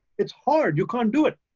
it's hard, you can't do it.